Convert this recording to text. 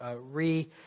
re